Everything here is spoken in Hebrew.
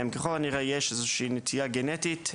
ככל הנראה יש איזושהי נטייה גנטית,